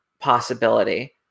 possibility